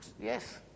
Yes